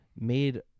made